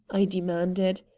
i demanded.